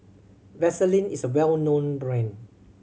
Vaselin is a well known brand